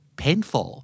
painful